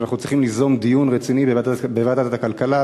ואנחנו צריכים ליזום דיון רציני בוועדת הכלכלה,